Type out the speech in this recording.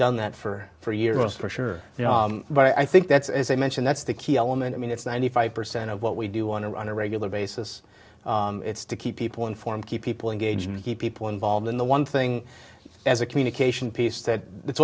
done that for for years for sure but i think that's as i mentioned that's the key element i mean it's ninety five percent of what we do want to run a regular basis it's to keep people informed keep people engaged with the people involved in the one thing as a communication piece that it's